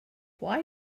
why